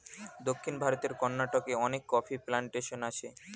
দক্ষিণ ভারতের কর্ণাটকে অনেক কফি প্ল্যান্টেশন আছে